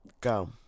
Go